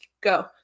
go